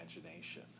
imagination